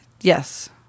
Yes